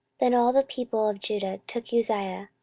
then all the people of judah took uzziah,